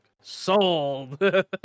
sold